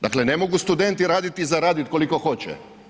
Dakle ne mogu studenti raditi i zaraditi koliko hoće.